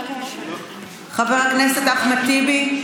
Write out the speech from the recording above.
חבר הכנסת אחמד טיבי.